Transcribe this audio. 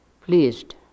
pleased